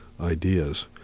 ideas